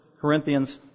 Corinthians